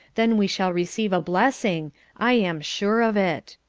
then we shall receive a blessing i am sure of it.